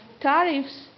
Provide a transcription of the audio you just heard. tariffs